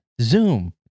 Zoom